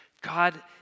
God